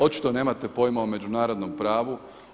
Očito nemate pojma o međunarodnom pravu.